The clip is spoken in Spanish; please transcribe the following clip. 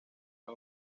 los